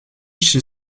chez